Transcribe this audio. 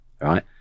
right